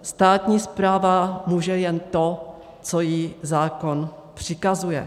Státní správa může jen to, co jí zákon přikazuje.